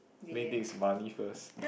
mayday is money first